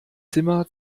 zimmer